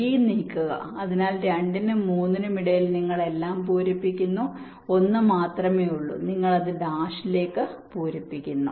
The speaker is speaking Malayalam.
B നീക്കുക അതിനാൽ 2 നും 3 നും ഇടയിൽ നിങ്ങൾ എല്ലാം പൂരിപ്പിക്കുന്നു ഒന്ന് മാത്രമേയുള്ളൂ നിങ്ങൾ അത് ഡാഷിലേക്ക് പൂരിപ്പിക്കുന്നു